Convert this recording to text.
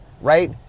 right